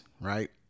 right